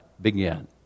begin